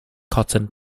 cotton